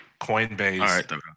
Coinbase